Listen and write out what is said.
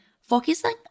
focusing